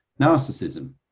narcissism